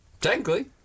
Technically